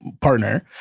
partner